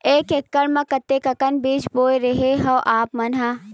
एक एकड़ म कतका अकन बीज बोए रेहे हँव आप मन ह?